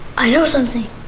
i know something!